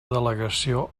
delegació